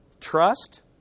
Trust